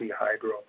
Hydro